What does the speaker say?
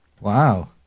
Wow